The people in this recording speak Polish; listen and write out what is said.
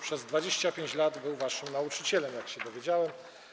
Przez 25 lat był on tam nauczycielem, jak się dowiedziałem.